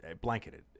blanketed